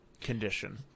condition